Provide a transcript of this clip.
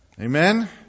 Amen